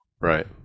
Right